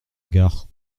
gare